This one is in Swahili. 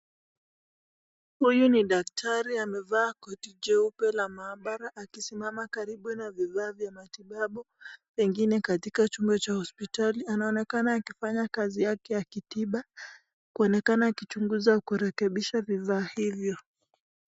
Huyu ni daktari amevaa koti jeupe la maabara akisimama karibu na vifaa vya matibabu pengine katika chumba cha hospitali ,anaonekana akifanya kazi yake ya kitiba kuonekana akichunguza kurekebisha vifaa hivyo.